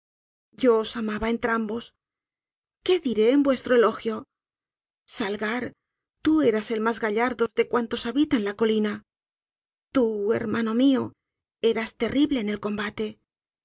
os amaba á entrambos qué diré en vuestro elogio saigar tú eras el mas gallardo de cuantos habitan la colina tu hermano mió eras terrible en el combate